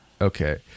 okay